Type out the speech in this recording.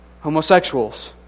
Homosexuals